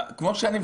כל החוק הזה הוא